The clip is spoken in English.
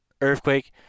Earthquake